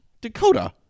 Dakota